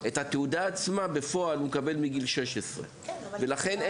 את התעודה עצמה הוא מקבל בגיל 16. ולכן,